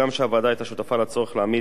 הגם שהוועדה היתה שותפה לצורך להעמיד